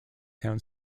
town